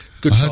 Good